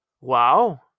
Wow